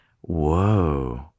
whoa